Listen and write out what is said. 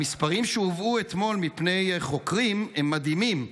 המספרים שהובאו אתמול על ידי חוקרים הם מדהימים: